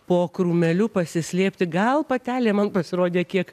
po krūmeliu pasislėpti gal patelė man pasirodė kiek